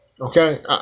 Okay